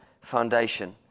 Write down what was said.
foundation